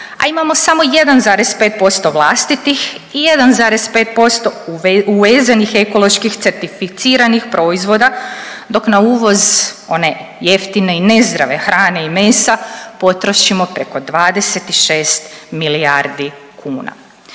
a imamo samo 1,5% vlastitih i 1,5% uvezenih ekoloških certificiranih proizvoda dok na uvoz one jeftine i nezdrave hrane i mesa potrošimo preko 26 milijardi kuna.